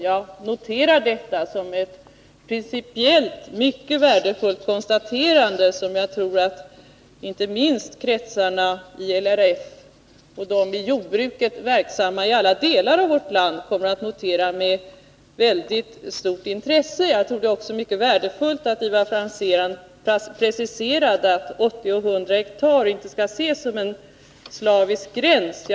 Jag noterar det som ett principiellt mycket värdefullt konstaterande, som jag tror att inte minst LRF och de i jordbruket verksamma i alla delar av vårt land kommer att notera med stort intresse. Jag tror också att det är mycket värdefullt att Ivar Franzén preciserade att 80 å 100 ha inte skall ses som en gräns som man slaviskt måste följa.